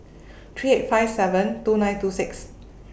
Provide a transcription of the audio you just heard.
three eight five seven two nine two six